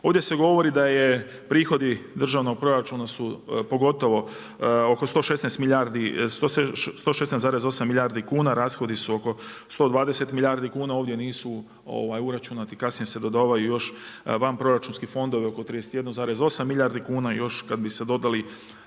Ovdje se govori da je prihod državnog proračuna oko 116,8 milijardi kuna, rashodi su oko 120 milijardi kuna. Ovdje nisu uračunati kasnije se dodavaju još vanproračunski fondovi oko 31,8 milijardi kuna još kada bi se dodali